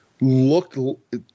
looked